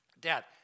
Dad